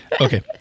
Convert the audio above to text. Okay